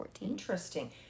Interesting